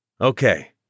Okay